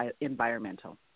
environmental